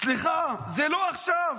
סליחה, זה לא עכשיו,